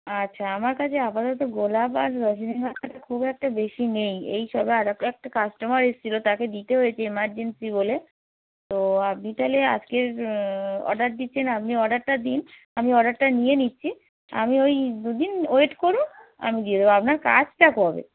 আচ্ছা আমার কাছে আপাতত গোলাপ আর রজনীগন্ধাটা খুব একটা বেশি নেই এই সবে আরও একটা কাস্টোমার এসেছিল তাকে দিতে হয়েছে এমার্জেন্সি বলে তো আপনি তাহলে আজকের অর্ডার দিচ্ছেন আপনি অর্ডারটা দিন আমি অর্ডারটা নিয়ে নিচ্ছি আমি ওই দুদিন ওয়েট করুন আমি দিয়ে দেবো আপনার কাজটা কবে